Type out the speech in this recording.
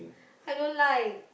I don't like